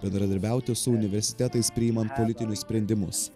bendradarbiauti su universitetais priimant politinius sprendimus